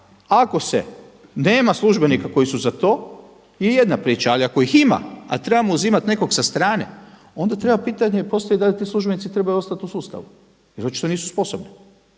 ako se nema službenika koji su za to je jedna priča, ali ako ih ima, a trebamo uzimati nekog sa strane, onda treba postaviti pitanje da li ti službenici trebaju ostati u sustavu jer očito nisu sposobni.